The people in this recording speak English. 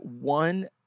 one